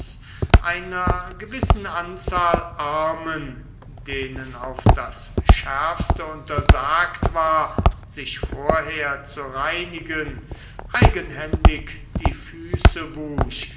einer gewissen anzahl armen denen auf das schärfste untersagt war sich vorher zu reinigen eigenhändig die füße wusch